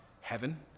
heaven